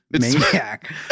Maniac